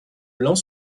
blanc